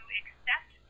accept